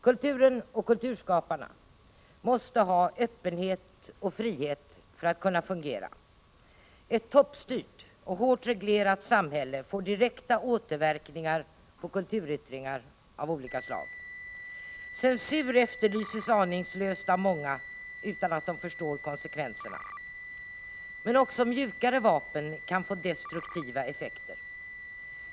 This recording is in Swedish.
Kulturen och kulturskaparna måste ha öppenhet och frihet för att kunna fungera. Ett toppstyrt och hårt reglerat samhälle får direkta återverkningar på kulturyttringar av olika slag. Censur efterlyses aningslöst av många, utan att de förstår konsekvenserna. Men också mjukare vapen kan få destruktiva effekter.